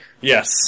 Yes